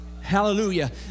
Hallelujah